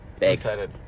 excited